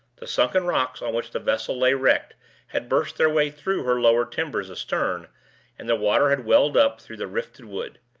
the sunken rocks on which the vessel lay wrecked had burst their way through her lower timbers astern, and the water had welled up through the rifted wood.